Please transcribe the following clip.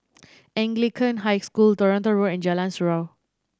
Anglican High School Toronto Road and Jalan Surau